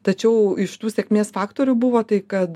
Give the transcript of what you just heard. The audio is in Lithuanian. tačiau iš tų sėkmės faktorių buvo tai kad